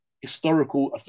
historical